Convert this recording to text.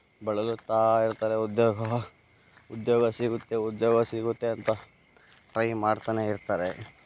ಬಳಲುತ್ತಾ ಇರ್ತಾರೆ ಉದ್ಯೋಗ ಉದ್ಯೋಗ ಸಿಗುತ್ತೆ ಉದ್ಯೋಗ ಸಿಗುತ್ತೆ ಅಂತ ಟ್ರೈ ಮಾಡ್ತಾನೇ ಇರ್ತಾರೆ